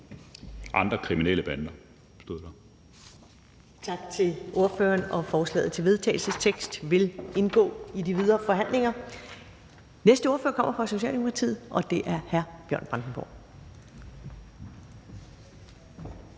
andre kriminelle bander.«